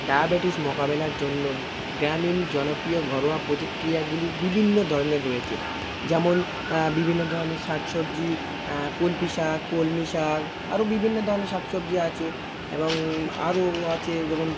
diabetes মোকাবিলার জন্য গ্রামীণ জনপ্রিয় ঘরোয়া প্রতিক্রিয়াগুলি বিভিন্ন ধরনের রয়েছে যেমন বিভিন্ন ধরনের শাক সবজি শাক কলমি শাক আরও বিভিন্ন ধরনের শাক সবজি আছে এবং আরও আছে যেমন